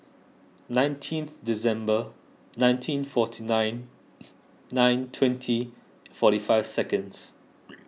nineteen December nineteen forty nine nine twenty forty five seconds